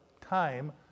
time